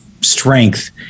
strength